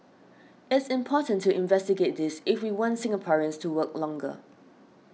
it's important to investigate this if we want Singaporeans to work longer